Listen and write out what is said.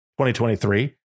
2023